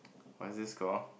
what is this call